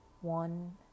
one